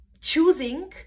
choosing